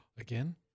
Again